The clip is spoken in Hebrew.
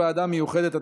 ועדה מיוחדת),